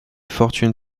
fortune